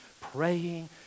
praying